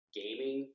gaming